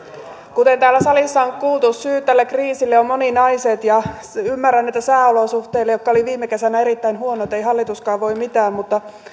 kuten täällä salissa on kuultu syyt tälle kriisille ovat moninaiset ja ymmärrän että sääolosuhteille jotka olivat viime kesänä erittäin huonot ei hallituskaan voi mitään mutta